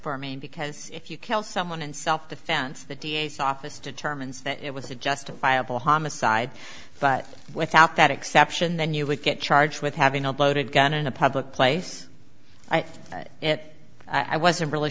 partly because if you kill someone in self defense the d a s office determines that it was a justifiable homicide but without that exception then you would get charged with having a loaded gun in a public place i think and i wasn't really